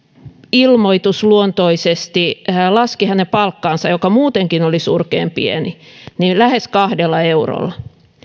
ilmoitusluontoisesti laski hänen palkkaansa joka muutenkin oli surkean pieni lähes kahdella eurolla